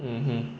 mmhmm